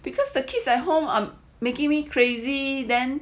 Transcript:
because the kids like home I'm making me crazy then